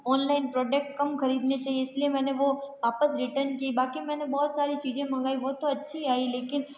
online product कम खरीदने चाहिए इसलिए मैंने वह वापस रिटर्न की बाकी मैंने बहुत सारी चीज़ें मँगाई वह तो अच्छी आई लेकिन